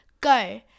Go